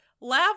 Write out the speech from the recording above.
Lav